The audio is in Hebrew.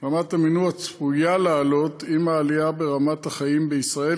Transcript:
רמת המינוע צפויה לעלות עם העלייה ברמת החיים בישראל,